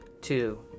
two